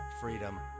freedom